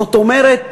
זאת אומרת,